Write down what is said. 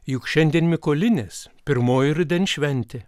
juk šiandien mykolinės pirmoji rudens šventė